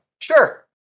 Sure